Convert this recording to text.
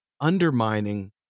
undermining